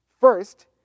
First